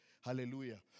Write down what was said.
Hallelujah